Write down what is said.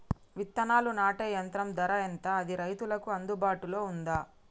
విత్తనాలు నాటే యంత్రం ధర ఎంత అది రైతులకు అందుబాటులో ఉందా?